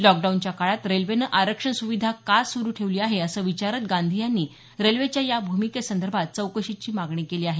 लॉकडाऊनच्या काळात रेल्वेने आरक्षण सुविधा का सुरू ठेवली आहे असं विचारत गांधी यांनी रेल्वेच्या या भूमिकेसंदर्भात चौकशीची मागणी केली आहे